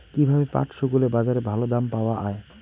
কীভাবে পাট শুকোলে বাজারে ভালো দাম পাওয়া য়ায়?